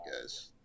guys